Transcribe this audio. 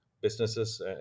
businesses